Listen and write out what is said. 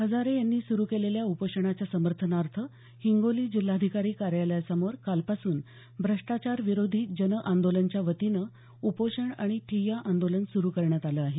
हजारे यांनी सुरू केलेल्या उपोषणाच्या समर्थनार्थ हिंगोली जिल्हाधिकारी कार्यालयासमोर कालपासून भ्रष्टाचारविरोधी जन आंदोलनच्यावतीनं उपोषण आणि ठिय्या आंदोलन सुरू करण्यात आलं आहे